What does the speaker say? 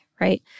right